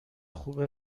خوبه